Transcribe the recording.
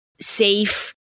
safe